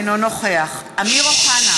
אינו נוכח אמיר אוחנה,